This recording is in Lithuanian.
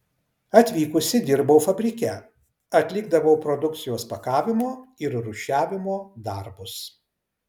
atvykusi dirbau fabrike atlikdavau produkcijos pakavimo ir rūšiavimo darbus